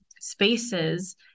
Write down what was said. spaces